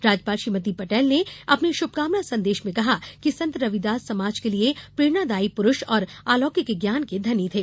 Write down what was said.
राज्यपाल श्रीमती पटेल ने अपने शुभकामना संदेश में कहा कि संत रविदास समाज के लिये प्रेरणादायी पुरूष और अलौकिक ज्ञान के धनी थे